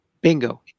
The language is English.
Bingo